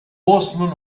horsemen